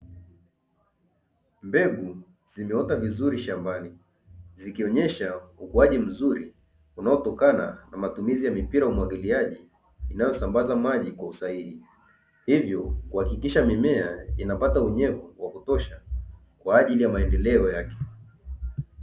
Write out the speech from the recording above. Mbegu zimeota vizuri shambani, zikionyesha ukuaji mzuri unaotokana na matumizi ya mipira ya umwagiliaji inayosambaza maji kwa usahihi, hivyo kuhakikisha mimea inapata unyevu wa kutosha kwa ajili ya maendeleo yake.